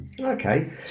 Okay